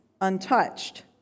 untouched